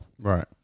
Right